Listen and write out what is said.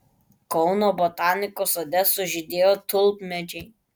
kauno botanikos sode sužydėjo tulpmedžiai